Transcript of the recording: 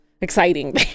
exciting